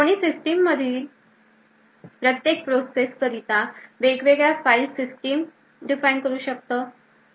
कोणी सिस्टीम मधील प्रत्येक प्रोसेस करता वेगवेगळ्या फाइल्स सिस्टमस define करू शकतात